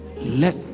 let